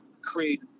create